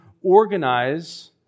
organize